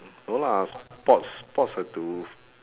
no lah sports sports have to